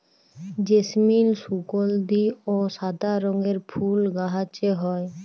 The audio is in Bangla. জেসমিল সুগলধি অ সাদা রঙের ফুল গাহাছে হয়